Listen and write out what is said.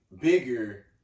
bigger